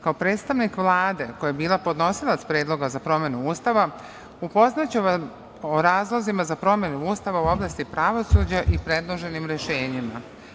Kao predstavnik Vlade koja je bila podnosilac Predloga za promenu Ustava, upoznaću vas o razlozima za promenu Ustava u oblasti pravosuđa i predloženim rešenjima.